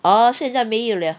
oh 现在没有 liao